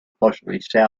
approximately